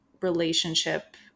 relationship